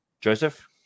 Joseph